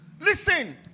Listen